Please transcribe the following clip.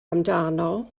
amdano